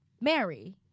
Mary